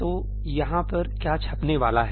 तो यहाँ पर क्या छपने वाला है